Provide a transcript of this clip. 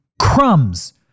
crumbs